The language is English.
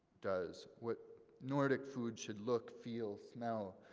does, what nordic food should look, feel, smell,